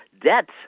debt